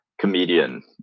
comedian